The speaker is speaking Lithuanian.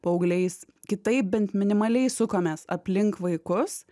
paaugliais kitaip bent minimaliai sukamės aplink vaikus